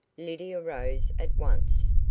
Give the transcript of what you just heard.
lydia rose at once.